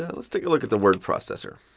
let's take a look at the word processor.